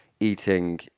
Eating